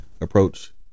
approach